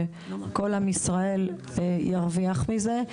וכל עם ישראל ירוויח מזה,